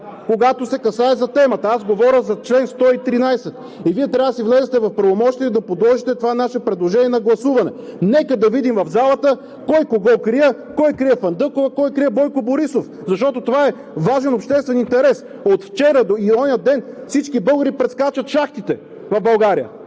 когато се касае за темата. Аз говоря за чл. 113 и Вие трябва да влезете в правомощията си и да подложите това наше предложение на гласуване. Нека да видим в залата кой кого крие, кой крие Фандъкова, кой крие Бойко Борисов, защото това е важен обществен интерес. От вчера и онзи ден всички българи прескачат шахтите в България,